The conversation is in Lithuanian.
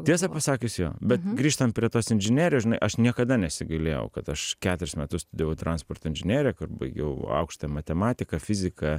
tiesa pasakius jo bet grįžtant prie tos inžinerijos žinai aš niekada nesigailėjau kad aš keturis metus studijavau transporto inžineriją kur baigiau aukštąją matematiką fiziką